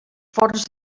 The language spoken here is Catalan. forns